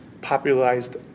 popularized